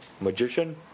Magician